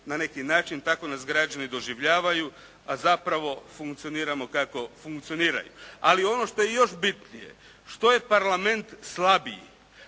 na neki način tako nas građani doživljavaju, a zapravo funkcioniramo kako funkcioniramo. Ali ono što je još bitnije, što je Parlament slabiji,